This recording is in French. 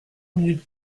minutes